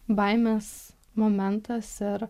baimės momentas ir